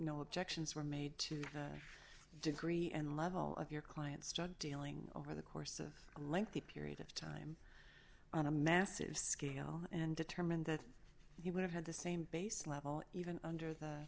no objections were made to degree and level of your client's drug dealing over the course of a lengthy period of time on a massive scale and determined that he would have had the same base level even under the